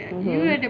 mmhmm